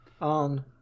on